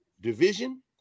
division